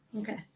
okay